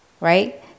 Right